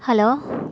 hello